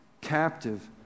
captive